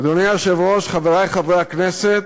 אדוני היושב-ראש, חברי חברי הכנסת,